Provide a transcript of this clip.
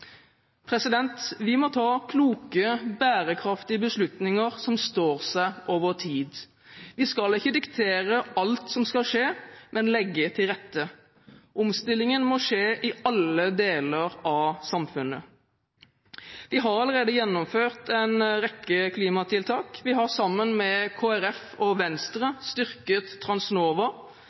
Vi må ta kloke, bærekraftige beslutninger som står seg over tid. Vi skal ikke diktere alt som skal skje, men legge til rette. Omstillingen må skje i alle deler av samfunnet. Vi har allerede gjennomført en rekke klimatiltak. Vi har sammen med Kristelig Folkeparti og Venstre styrket Transnova.